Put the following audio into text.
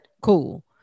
cool